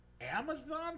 Amazon